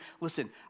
Listen